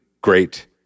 great